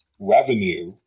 revenue